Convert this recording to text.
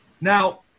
Now